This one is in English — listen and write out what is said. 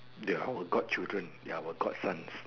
ya our god children they our god sons